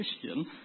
Christian